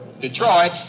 Detroit